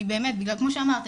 אבל אני באמת כמו שאמרת,